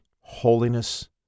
holiness